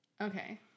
okay